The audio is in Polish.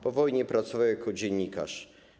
Po wojnie pracował jako dziennikarz.